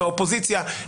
מהאופוזיציה,